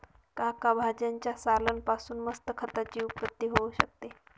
काका भाज्यांच्या सालान पासून मस्त खताची उत्पत्ती होऊ शकते